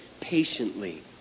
patiently